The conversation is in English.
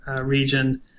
region